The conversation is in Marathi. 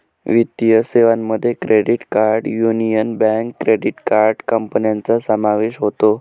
वित्तीय सेवांमध्ये credit card Union Bank credit card कंपन्यांचा समावेश होतो